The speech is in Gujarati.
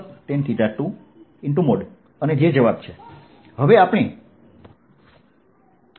Vxyz4π021secθdθ 4π0ln⁡|sec1tan1sec2tan2| તે જવાબ છે